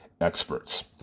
experts